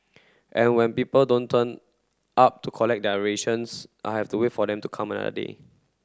and when people don't turn up to collect their rations I have to wait for them to come another day